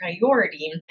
priority